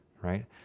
Right